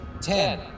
Ten